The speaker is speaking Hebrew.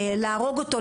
להרוג אותו,